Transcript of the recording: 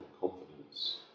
confidence